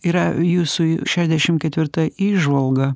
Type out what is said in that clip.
yra jūsų šešdešim ketvirta įžvalga